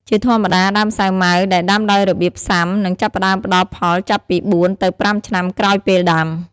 ជាធម្មតា ដើមសាវម៉ាវដែលដាំដោយរបៀបផ្សាំនឹងចាប់ផ្ដើមផ្ដល់ផលចាប់ពី៤ ទៅ ៥ ឆ្នាំក្រោយពេលដាំ។